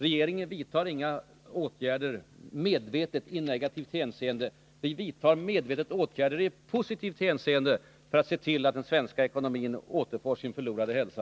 Regeringen vidtar inte medvetet några åtgärder i negativt hänseende — däremot i positivt hänseende för att se till att den svenska ekonomin återfår sin förlorade hälsa.